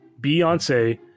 Beyonce